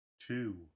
two